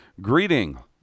greeting